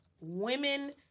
women